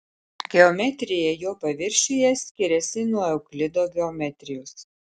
geometrija jo paviršiuje skiriasi nuo euklido geometrijos